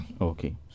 Okay